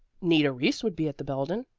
nita reese would be at the belden,